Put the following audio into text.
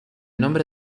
nombre